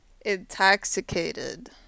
intoxicated